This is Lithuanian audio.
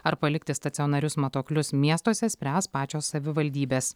ar palikti stacionarius matuoklius miestuose spręs pačios savivaldybės